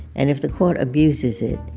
and if the court abuses it,